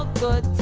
good.